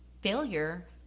failure